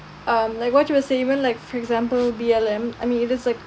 um like what you were saying even like for example B_L_M I mean it is like